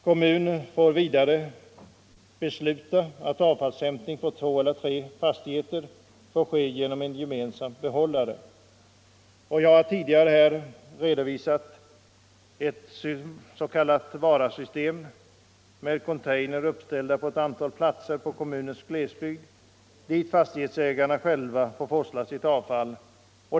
Kommun får vidare besluta att avfallshämtning på två eller tre fastigheter får ske genom en gemensam behållare. Jag har tidigare redovisat det s.k. Varasystemet, uppbyggt på containers uppställda på ett antal platser i kommunens glesbygd, dit fastighetsägarna själva får forsla sitt avfall.